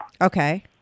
Okay